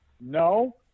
No